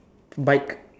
bike